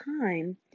time